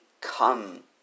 come